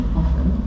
often